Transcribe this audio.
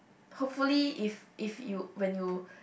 hopefully if if you when you